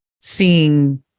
seeing